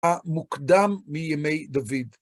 המוקדם מימי דוד